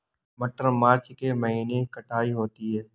मटर मार्च के महीने कटाई होती है?